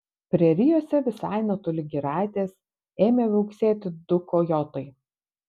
prerijose visai netoli giraitės ėmė viauksėti du kojotai